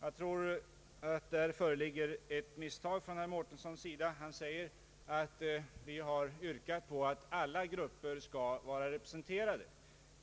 Jag tror att det föreligger ett misstag från herr Mår tenssons sida. Han säger att vi har yrkat på att alla grupper skall vara representerade.